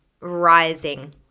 Rising